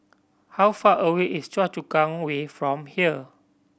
how far away is Choa Chu Kang Way from here